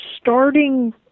starting